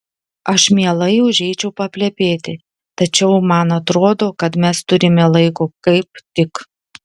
aš mielai užeičiau paplepėti tačiau man atrodo kad mes turime laiko kaip tik